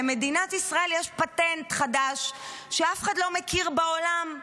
למדינת ישראל יש פטנט חדש שאף אחד לא מכיר בעולם,